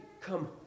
come